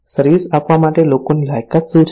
service આપવા માટે લોકોની લાયકાત શું છે